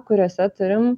na kuriose turim